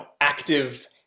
active